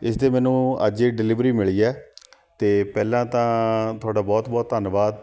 ਇਸਦੀ ਮੈਨੂੰ ਅੱਜ ਹੀ ਡਿਲੀਵਰੀ ਮਿਲੀ ਹੈ ਅਤੇ ਪਹਿਲਾਂ ਤਾਂ ਤੁਹਾਡਾ ਬਹੁਤ ਬਹੁਤ ਧੰਨਵਾਦ